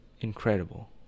incredible